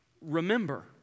Remember